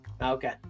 Okay